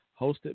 hosted